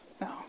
No